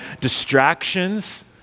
distractions